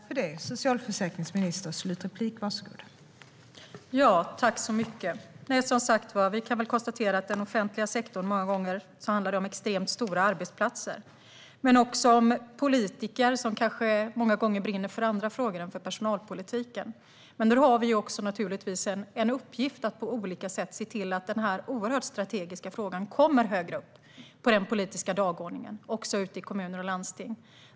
Fru talman! Vi kan som sagt var konstatera att det i den offentliga sektorn många gånger handlar om extremt stora arbetsplatser men också om politiker som kanske många gånger brinner för andra frågor än för personalpolitiken. Nu har vi naturligtvis en uppgift att på olika sätt se till att den här oerhört strategiska frågan kommer högre upp på den politiska dagordningen också ute i kommuner och landsting.